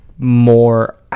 More